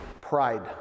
Pride